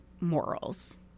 morals